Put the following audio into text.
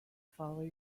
follow